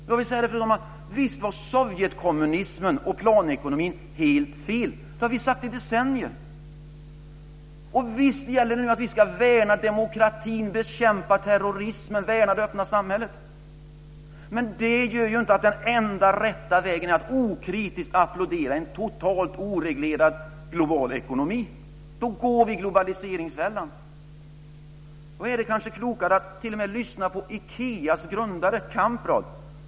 Jag vill säga det, fru talman: Visst var Sovjetkommunismen och planekonomin helt fel; det har vi sagt i decennier, och visst gäller det nu att vi ska värna demokratin, bekämpa terrorismen och värna det öppna samhället, men det gör ju inte att den enda rätta vägen är att okritiskt applådera en totalt oreglerad global ekonomi. Då går vi i globaliseringsfällan. Då är det kanske klokare att t.o.m. lyssna på Ikeas grundare Kamprad.